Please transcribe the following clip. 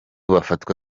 bafatwa